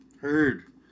Heard